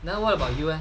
then what about you eh